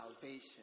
salvation